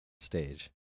stage